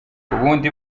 ubundi